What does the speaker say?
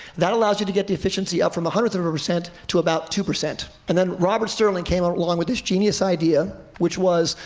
that allows you to get the efficiency up from a hundredth of a percent to about two percent. and then robert stirling came ah along with this genius idea, which was,